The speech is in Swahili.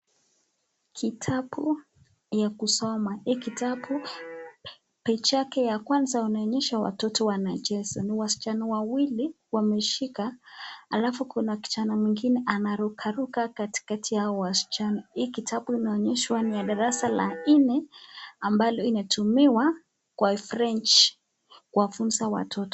Kitabu ya kusoma. Hii kitabu pecha page yake ya kwanza inaonyesha watoto wanacheza. Ni wasichana wawili wameshika alafu kuna kijana mwingine anarukaruka katikati ya hao wasichana. Hii kitabu imeonyeshwa ni ya darasa la nne ambalo inatumiwa kwa French kufunza watoto.